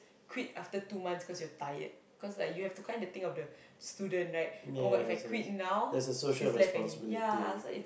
quit after two months because you're tired cause you have to kind of think of the student right [oh]-my-God If I quite not she's left hanging ya so it's